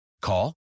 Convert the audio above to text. Call